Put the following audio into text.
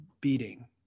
beating